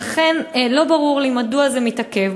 לכן לא ברור לי מדוע זה מתעכב,